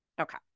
Okay